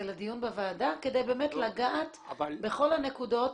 לדיון בוועדה כדי באמת לגעת בכל הנקודות